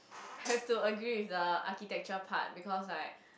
have to agree with the architecture part because like